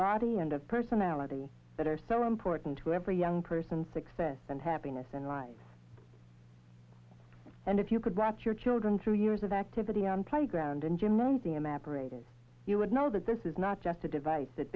body and of personality that are so important to every young person success and happiness in life and if you could watch your children through years of activity on playground and gymnasium aberrated you would know that this is not just a device that